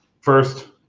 first